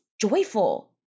joyful